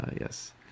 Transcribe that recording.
Yes